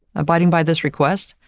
abiding by this request.